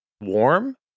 warm